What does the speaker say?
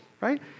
right